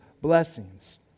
blessings